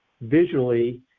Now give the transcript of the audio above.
visually